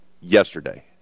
yesterday